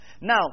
Now